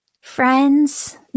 Friends